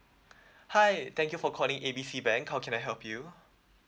hi thank you for calling A B C bank how can I help you